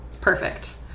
perfect